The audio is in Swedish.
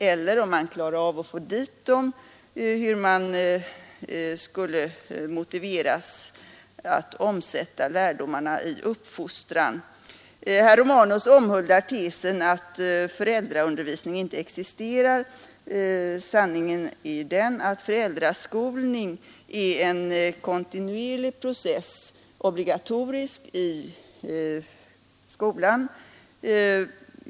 Och — om man klarar av att få dit dem — hur skall de motiveras att omsätta lärdomarna i uppfostran? Herr Romanus omhuldar tesen att föräldraundervisning inte existerar. Sanningen är den att föräldraskolning är en kontinuerlig process, obligatorisk i skolan.